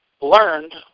learned